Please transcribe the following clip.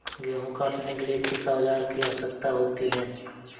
गेहूँ काटने के लिए किस औजार की आवश्यकता होती है?